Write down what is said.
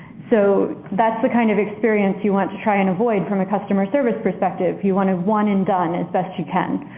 so that's the kind of experience you want to try and avoid from a customer service perspective. you want it one and done as best you can.